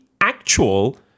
actual